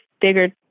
bigger